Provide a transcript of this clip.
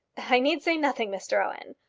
i need say nothing, mr owen.